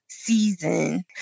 season